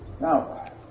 Now